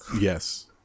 Yes